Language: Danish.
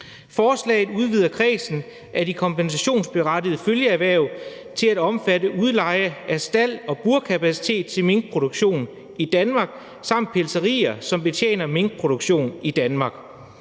Forslaget udvider kredsen af de kompensationsberettigede følgeerhverv til at omfatte udleje af stald og burkapacitet til minkproduktion i Danmark samt pelserier, som betjener minkproduktion i Danmark.